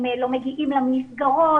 הם לא מגיעים למסגרות,